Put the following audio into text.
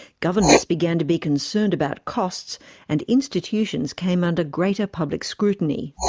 governments began to be concerned about costs and institutions came under greater public scrutiny.